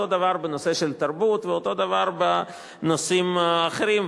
אותו דבר בנושא של תרבות ואותו דבר בנושאים האחרים.